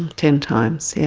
ten times, yeah